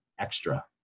extra